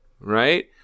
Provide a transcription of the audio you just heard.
right